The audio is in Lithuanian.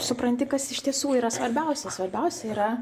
supranti kas iš tiesų yra svarbiausia svarbiausia yra